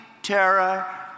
terror